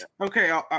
okay